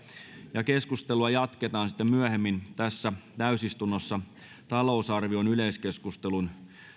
ja keskustelua jatketaan sitten myöhemmin tässä täysistunnossa talousarvion yleiskeskustelun